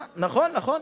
נכון, נכון.